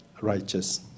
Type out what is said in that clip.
righteous